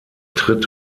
tritt